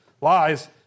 lies